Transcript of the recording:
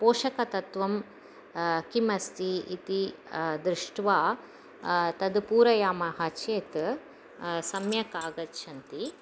पोषकतत्त्वं किम् अस्ति इति दृष्ट्वा तद् पूरयामः चेत् सम्यक् आगच्छन्ति